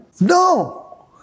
No